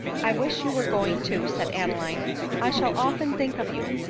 i wish you were going too, said adeline i shall often think of you.